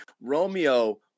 Romeo